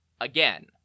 Again